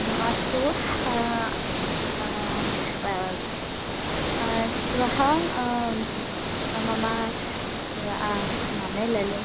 अस्तु श्वः मम ममेललु